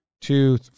two